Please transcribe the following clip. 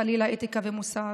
או "חלילה" אתיקה ומוסר?